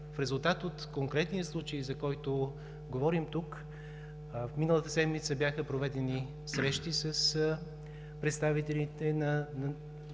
в резултат от конкретния случай, за който говорим тук, миналата седмица бяха проведени срещи с представителите на